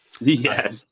Yes